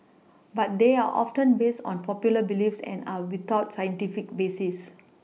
but they are often based on popular beliefs and are without scientific basis